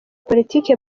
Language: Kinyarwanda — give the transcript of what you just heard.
politiki